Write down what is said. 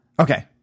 Okay